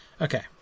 Okay